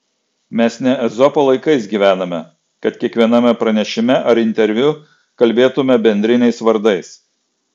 mes ne ezopo laikais gyvename kad kiekviename pranešime ar interviu kalbėtume bendriniais vardais